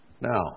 Now